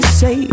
say